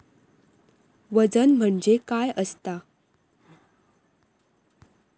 वजन म्हणजे काय असता?